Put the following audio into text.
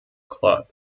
club